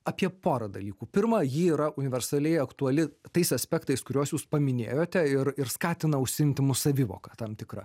apie porą dalykų pirma ji yra universaliai aktuali tais aspektais kuriuos jūs paminėjote ir ir skatina užsiimti mus savivoka tam tikra